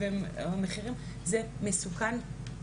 זה מסוכן מאוד.